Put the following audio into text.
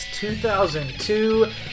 2002